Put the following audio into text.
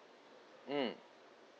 mm